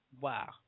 Wow